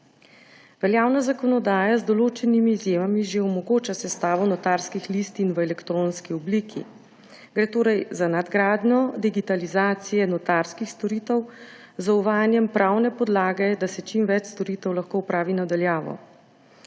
Veljavna zakonodaja z določenimi izjemami že omogoča sestavo notarskih listin v elektronski obliki. Gre torej za nadgradnjo digitalizacije notarskih storitev z uvajanjem pravne podlage, da se čim več storitev lahko opravi na daljavo.